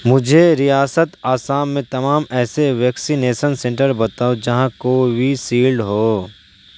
مجھے ریاست آسام میں تمام ایسے ویکسینیسن سنٹر بتاؤ جہاں کوویشیلڈ ہو